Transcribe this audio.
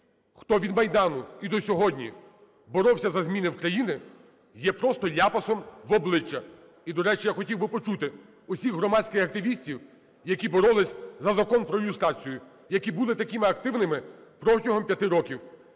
хто від Майдану і досьогодні боровся за зміни в країні, є просто ляпасом в обличчя. І, до речі, я хотів би почути усіх громадських активістів, які боролись за Закон про люстрацію, які були такими активними протягом 5 років.